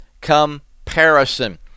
comparison